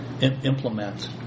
implement